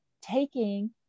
taking